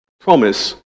promise